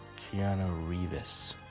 keanu reevis.